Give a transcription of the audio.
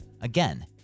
Again